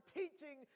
teaching